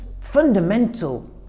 fundamental